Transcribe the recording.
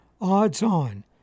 odds-on